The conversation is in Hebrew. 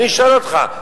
אני שואל אותך,